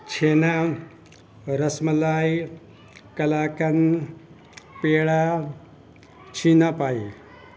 چھینا rasmalai kalakand peda چھیناپائی